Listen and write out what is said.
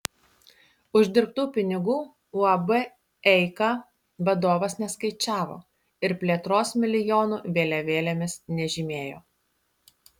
uždirbtų pinigų uab eika vadovas neskaičiavo ir plėtros milijonų vėliavėlėmis nežymėjo